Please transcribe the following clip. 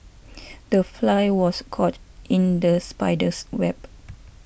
the fly was caught in the spider's web